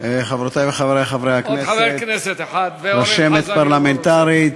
חברותי וחברי חברי הכנסת, רשמת פרלמנטרית,